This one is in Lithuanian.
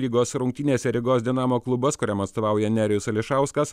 lygos rungtynėse rygos dinamo klubas kuriam atstovauja nerijus ališauskas